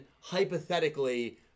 hypothetically